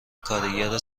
کارگر